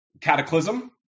Cataclysm